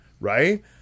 right